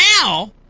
now